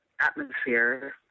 atmosphere